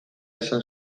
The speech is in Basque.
izan